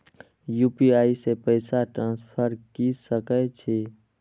UPI से पैसा transfer की सके छी?